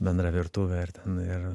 bendra virtuve ir ten ir